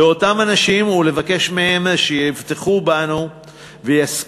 לאותם אנשים ולבקש מהם שיבטחו בנו ויסכימו